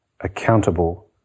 accountable